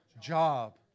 job